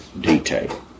detail